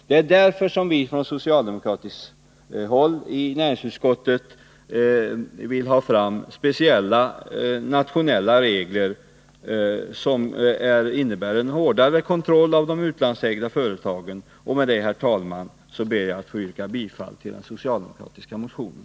Det är därför vi som i näringsutskottet företräder socialdemokraterna vill få till stånd speciella regler som innebär en hårdare kontroll av de utlandsägda företagen. Med detta, herr talman, ber jag att få yrka bifall till den socialdemokratiska reservationen.